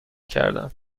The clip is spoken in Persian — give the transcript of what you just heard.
کردم